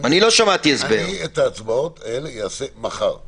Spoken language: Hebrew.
שאת ההצבעות האלה אני אעשה מחר,